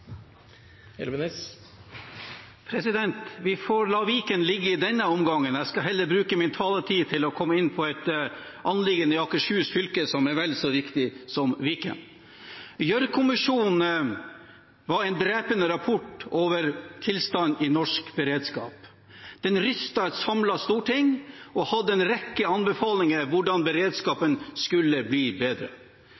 Vi får la Viken ligge i denne omgangen. Jeg skal heller bruke min taletid til å komme inn på et anliggende i Akershus fylke som er vel så viktig som Viken. Gjørv-kommisjonen ga en drepende rapport over tilstanden i norsk beredskap. Den rystet et samlet storting og hadde en rekke anbefalinger om hvordan